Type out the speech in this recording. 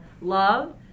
love